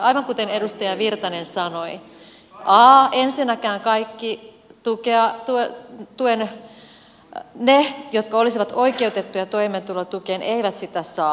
aivan kuten edustaja virtanen sanoi ensinnäkään kaikki ne jotka olisivat oikeutettuja toimeentulotukeen eivät sitä saa